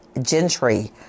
Gentry